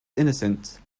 innocence